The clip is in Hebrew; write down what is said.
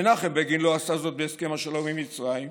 מנחם בגין לא עשה זאת בהסכם השלום עם מצרים,